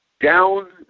down